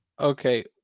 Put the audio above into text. okay